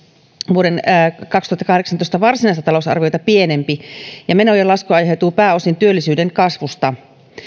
vuoden kaksituhattakahdeksantoista varsinaista talousarviota pienempi ja menojen lasku aiheutuu pääosin työllisyyden kasvusta